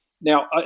Now